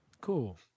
cool